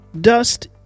Dust